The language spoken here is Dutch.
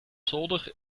zolder